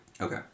Okay